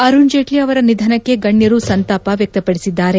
ಅರುಣ್ ಜೇಟ್ಲ ಅವರ ನಿಧನಕ್ಕೆ ಗಣ್ಣರು ಸಂತಾಪ ವ್ಯಕ್ಷಪಡಿಸಿದ್ದಾರೆ